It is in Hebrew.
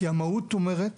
המהות אומרת